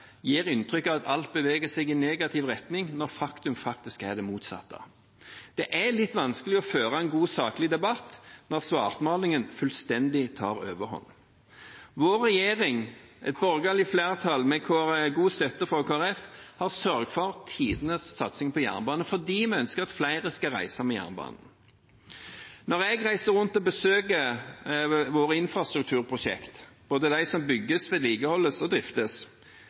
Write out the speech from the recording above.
gir inntrykk av at alt beveger seg i negativ retning, når faktum er det motsatte. Det er litt vanskelig å føre en god, saklig debatt når svartmalingen tar fullstendig overhånd. Vår regjering, et borgerlig flertall, med god støtte fra Kristelig Folkeparti, har sørget for tidenes satsing på jernbane fordi vi ønsker at flere skal reise med jernbanen. Når jeg reiser rundt og besøker våre infrastrukturprosjekter, både de som bygges, de som vedlikeholdes, og de som driftes,